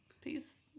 Peace